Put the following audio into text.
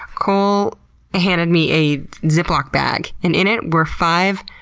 cole handed me a ziploc bag. in in it were five,